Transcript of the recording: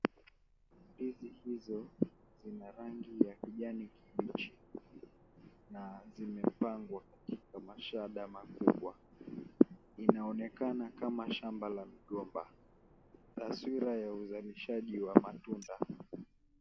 Ndizi hizo zina rangi ya kijani kibichi na zimepangwa kwa mashada makubwa. Inaonekana kama shamba la migomba. Taswira ya uzalishaji wa matunda.